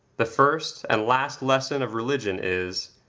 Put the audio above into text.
the first and last lesson of religion is,